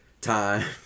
time